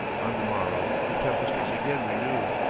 on the morrow the tempest was again renewed,